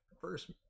first